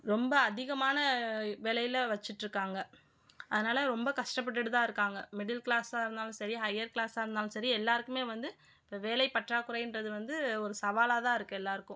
ரொம்ப அதிகமான விலையில வச்சிகிட்ருக்காங்க அதனால் ரொம்ப கஷ்டப்பட்டுட்டு தான் இருக்காங்கள் மிடில் க்ளாஸாக இருந்தாலும் சரி ஹையர் க்ளாஸாக இருந்தாலும் சரி எல்லாருக்குமே வந்து இப்போ வேலை பற்றாக்குறைன்றது வந்து ஒரு சவாலாகதான் இருக்குது எல்லாருக்கும்